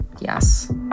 Yes